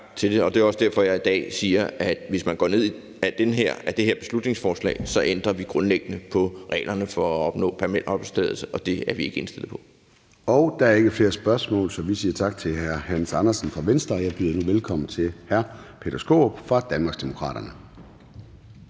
og det er også derfor, jeg i dag siger, at hvis man går ned ad den her vej med det her beslutningsforslag, ændrer vi grundlæggende på reglerne for at opnå permanent opholdstilladelse, og det er vi ikke indstillet på. Kl. 16:00 Formanden (Søren Gade): Der er ikke flere spørgsmål, så vi siger tak til hr. Hans Andersen fra Venstre. Jeg byder nu velkommen til hr. Peter Skaarup fra Danmarksdemokraterne.